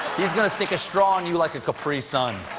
he's going to stick a straw in you like a capri sun.